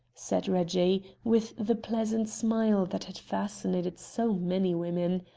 said reggie, with the pleasant smile that had fascinated so many women.